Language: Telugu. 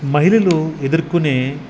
మహిళలు ఎదుర్కొనే